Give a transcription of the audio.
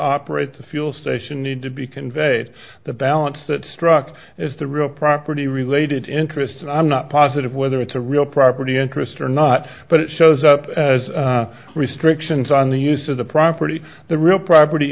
operate the fuel station need to be conveyed the balance that struck is the real property related interest and i'm not positive whether it's a real property interest or not but it shows up as restrictions on the use of the property the real property